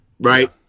Right